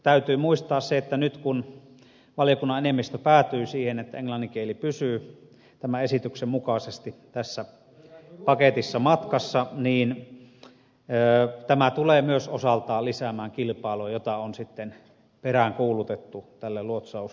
täytyy muistaa se että nyt kun valiokunnan enemmistö päätyy siihen että englannin kieli pysyy tämän esityksen mukaisesti tässä paketissa matkassa tämä tulee myös osaltaan lisäämään kilpailua jota on peräänkuulutettu luotsaustoimialalle